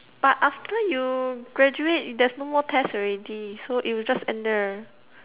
but after you graduate there's no more test already so it will just end there